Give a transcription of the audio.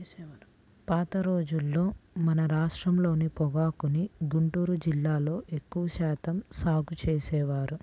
పాత రోజుల్లో మన రాష్ట్రంలో పొగాకుని గుంటూరు జిల్లాలో ఎక్కువ శాతం సాగు చేసేవారు